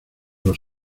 los